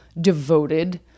devoted